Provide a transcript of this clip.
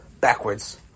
backwards